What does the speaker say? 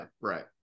Right